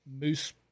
moose